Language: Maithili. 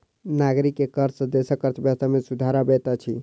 नागरिक के कर सॅ देसक अर्थव्यवस्था में सुधार अबैत अछि